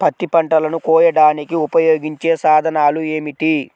పత్తి పంటలను కోయడానికి ఉపయోగించే సాధనాలు ఏమిటీ?